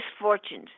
misfortunes